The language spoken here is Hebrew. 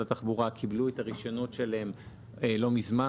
התחבורה קיבלו את הרישיונות שלהם לא מזמן,